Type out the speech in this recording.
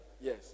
Yes